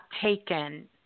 taken